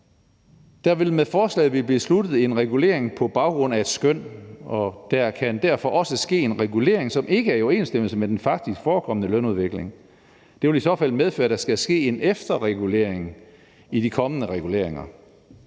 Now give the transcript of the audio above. »Der vil med forslaget blive besluttet en regulering på baggrund af et skøn, og der kan derfor også ske en regulering, som ikke er i overensstemmelse med den faktisk forekomne lønudvikling. Det vil i så fald medføre, at der skal ske en efterregulering i de kommende reguleringer.